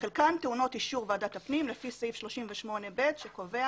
וחלקן טעונות אישור ועדת הפנים לפי סעיף 38(ב) שקובע